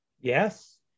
Yes